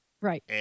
right